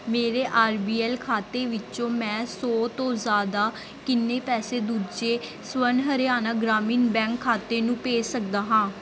ਮੇਰੇ R B L ਖਾਤੇ ਵਿੱਚੋ ਮੈਂ ਸੌ ਤੋਂ ਜ਼ਿਆਦਾ ਕਿੰਨੇ ਪੈਸੇ ਦੂਜੇ ਸਵਰਨ ਹਰਿਆਣਾ ਗ੍ਰਾਮੀਣ ਬੈਂਕ ਖਾਤੇ ਨੂੰ ਭੇਜ ਸਕਦਾ ਹਾਂ